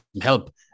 help